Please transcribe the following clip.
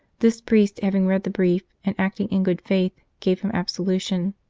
this priest, having read the brief and acting in good faith, gave him absolution,